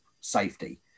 safety